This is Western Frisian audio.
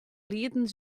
lieten